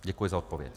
Děkuji za odpověď.